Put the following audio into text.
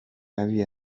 قوی